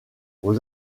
aux